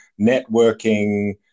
networking